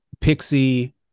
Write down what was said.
pixie